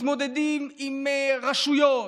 מתמודדים עם רשויות,